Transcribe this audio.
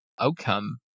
outcome